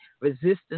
resistance